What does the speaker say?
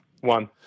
One